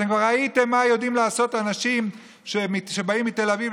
אתם כבר ראיתם מה יודעים לעשות אנשים שבאים מתל אביב,